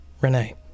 Renee